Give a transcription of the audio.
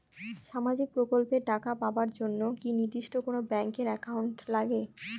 সামাজিক প্রকল্পের টাকা পাবার জন্যে কি নির্দিষ্ট কোনো ব্যাংক এর একাউন্ট লাগে?